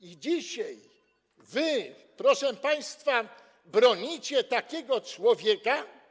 I dzisiaj wy, proszę państwa, bronicie takiego człowieka?